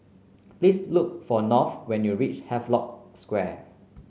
please look for North when you reach Havelock Square